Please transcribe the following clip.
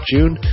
June